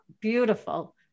beautiful